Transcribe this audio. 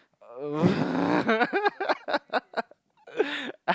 ugh